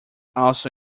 also